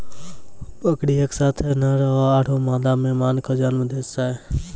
बकरी एक साथ कई नर आरो मादा मेमना कॅ जन्म दै छै